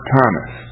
Thomas